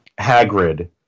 Hagrid